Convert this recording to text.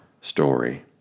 story